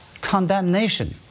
condemnation